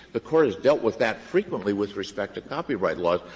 the court has dealt with that frequently with respect to copyright laws.